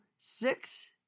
Six